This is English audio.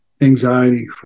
Anxiety